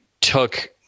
took